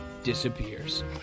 disappears